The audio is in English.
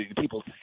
people